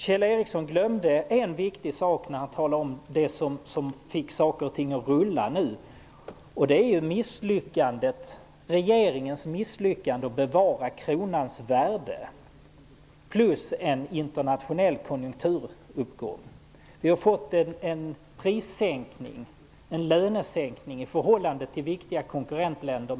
Kjell Ericsson glömde en viktig sak när han talade om vad som fick saker och ting att rulla, nämligen regeringens misslyckande med att bevara kronans värde och en internationell konjunkturuppgång. Vi har fått en lönesänkning på mellan 20 % och 40 % i förhållande till viktiga konkurrentländer.